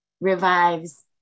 revives